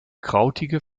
krautige